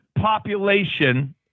population